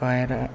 choir